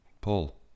Paul